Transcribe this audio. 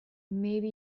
maybe